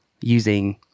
using